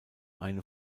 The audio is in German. eine